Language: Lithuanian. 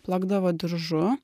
plakdavo diržu